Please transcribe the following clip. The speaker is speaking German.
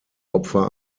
opfer